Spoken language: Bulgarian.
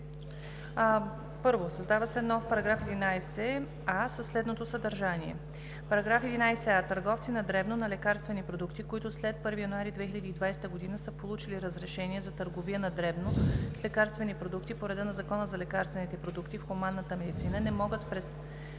„1. Създава се нов § 11а със следното съдържание: „§ 11а. Търговци на дребно на лекарствени продукти, които след 1 януари 2020 г. са получили разрешение за търговия на дребно с лекарствени продукти по реда на Закона за лекарствените продукти в хуманната медицина не могат през